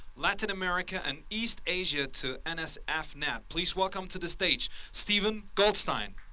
latin america, and east asia to nsfnet. please welcome to the stage steven goldstein.